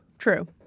True